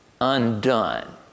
undone